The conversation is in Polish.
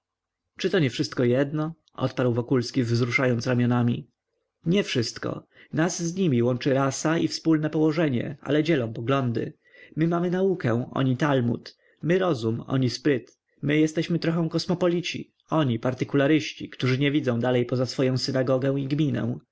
nie wszystko jedno odparł wokulski wzruszając ramionami nie wszystko nas z nimi łączy rasa i wspólne położenie ale dzielą poglądy my mamy naukę oni talmud my rozum oni spryt my jesteśmy trochę kosmopolici oni partykularyści którzy nie widzą dalej poza swoję synagogę i gminę